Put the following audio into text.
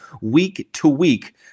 week-to-week